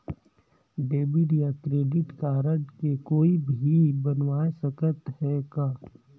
Debit या credit card के कोई भी बनवाय सकत है का?